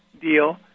deal